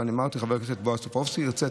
ואני אמרתי: חבר הכנסת טופורובסקי ירצה,